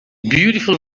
beautiful